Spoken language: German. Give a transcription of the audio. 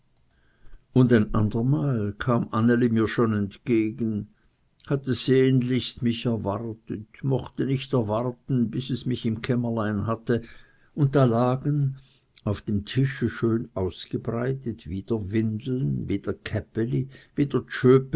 und ein andermal kam anneli mir weit entgegen hatte sehnlichst mich erwartet mochte nicht erwarten bis es mich im kämmerlein hatte und da lagen auf dem tische schon ausgebreitet wieder windeln wieder käppeli wieder